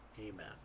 Amen